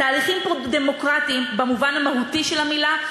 תהליכים דמוקרטיים במובן המהותי של המילה,